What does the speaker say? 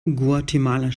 guatemala